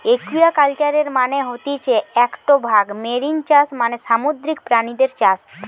একুয়াকালচারের মানে হতিছে একটো ভাগ মেরিন চাষ মানে সামুদ্রিক প্রাণীদের চাষ